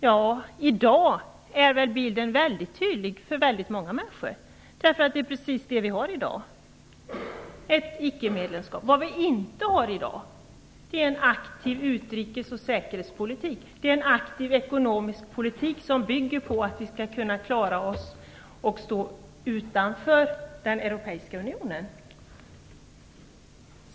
Ja, i dag är väl bilden väldigt tydlig för väldigt många människor. Vad vi har i dag är ju ett icke-medlemskap. Vad vi inte har i dag är en aktiv utrikes och säkerhetspolitik, en aktiv ekonomisk politik som bygger på att vi skall kunna klara oss och stå utanför den europeiska unionen.